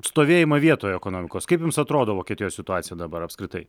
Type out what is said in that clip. stovėjimą vietoj ekonomikos kaip jums atrodo vokietijos situacija dabar apskritai